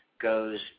goes